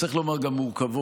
צריך לומר גם מורכבות,